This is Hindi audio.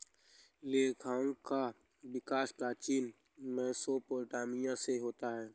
लेखांकन का विकास प्राचीन मेसोपोटामिया से होता है